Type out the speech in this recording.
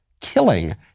killing